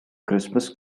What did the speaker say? christmas